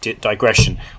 digression